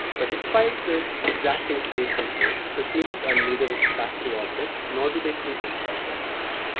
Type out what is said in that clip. but despite this exacting state control, kashmiris are neither its passive objects, nor do they think themselves as such.